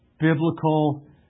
biblical